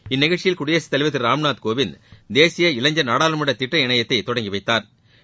இந்த நிகழ்ச்சியில் குடியரசுத் தலைவர் திரு ராம்நாத்கோவிந்த் தேசிய இளைஞர் நாடாளுமன்ற திட்ட இணையத்தை தொடங்கி வைத்தாா்